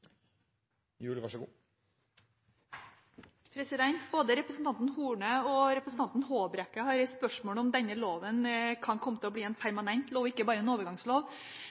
representanten Håbrekke har reist spørsmål om denne loven kan komme til å bli en permanent lov og ikke bare en overgangslov.